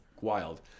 wild